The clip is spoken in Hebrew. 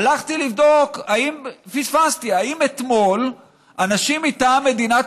הלכתי לבדוק אם פספסתי: האם אתמול אנשים מטעם מדינת